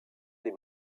des